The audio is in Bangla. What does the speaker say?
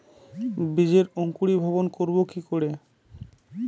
বীজের অঙ্কুরিভবন করব কি করে?